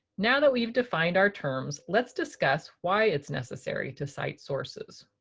now that we've defined our terms, let's discuss why it's necessary to cite sources.